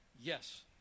yes